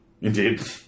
Indeed